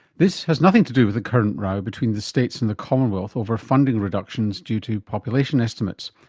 this has nothing to do with the current row between the states and the commonwealth over funding reductions due to population estimates.